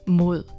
mod